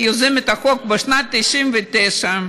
כיוזמת החוק בשנת 1999,